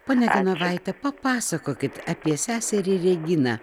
ponia genovaite papasakokit apie seserį reginą